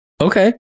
Okay